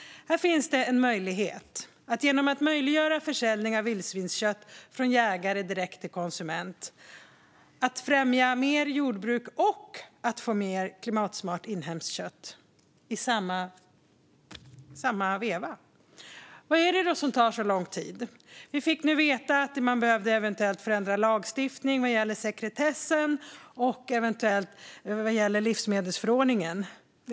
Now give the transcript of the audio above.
Här finns genom att möjliggöra försäljning av vildsvinskött från jägare direkt till konsument en möjlighet att främja mer jordbruk och få mer klimatsmart inhemskt kött i samma veva. Vad är det då som tar så lång tid? Vi fick nu veta att man eventuellt behöver förändra lagstiftningen gällande sekretessen och eventuellt även livsmedelsförordningen.